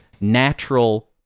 natural